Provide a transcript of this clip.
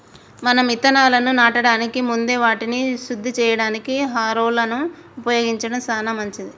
మనం ఇత్తనాలను నాటడానికి ముందే వాటిని శుద్ది సేయడానికి హారొలను ఉపయోగించడం సాన మంచిది